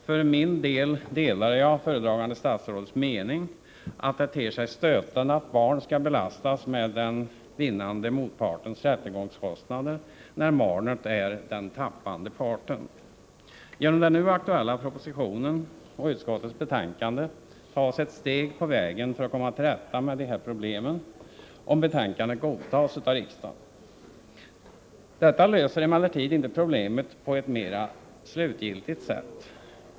Jag delar föredragande statsrådets mening att det ter sig stötande att barn skall belastas med den vinnande motpartens rättegångskostnader, när barnet är den tappande parten. Genom den nu aktuella propositionen och utskottets betänkande tas ett steg på vägen för att komma till rätta med detta problem, om betänkandet godtas av riksdagen. Detta löser emellertid inte problemet på ett mera slutgiltigt sätt.